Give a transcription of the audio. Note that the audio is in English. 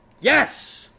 Yes